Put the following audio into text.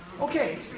Okay